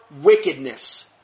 wickedness